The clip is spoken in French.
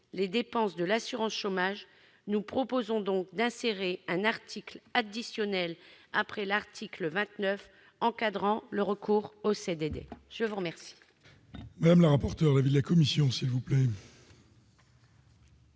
les dépenses de l'assurance chômage, nous proposons d'insérer un article additionnel après l'article 29 encadrant le recours aux CDD. Quel